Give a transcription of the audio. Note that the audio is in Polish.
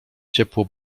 ciepło